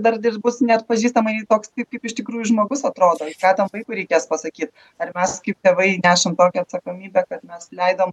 dar bus neatpažįstamai toks kaip iš tikrųjų žmogus atrodo tam vaikui reikės pasakyt ar mes kaip tėvai nešam tokią atsakomybę kad mes leidom